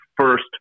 first